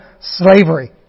slavery